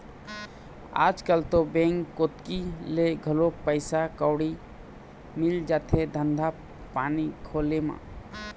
आजकल तो बेंक कोती ले घलोक पइसा कउड़ी मिल जाथे धंधा पानी खोले म